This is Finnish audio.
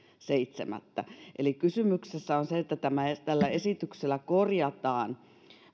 seitsemättä eli kysymyksessä on se että tällä esityksellä korjataan